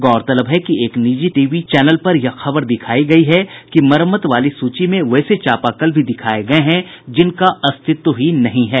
गौरतलब है कि एक निजी टेलीविजन चैनल पर यह खबर दिखाई गयी है कि मरम्मत वाली सूची में वैसे चापाकलों भी दिखाये गये हैं जिनका अस्तित्व ही नहीं है